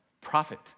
profit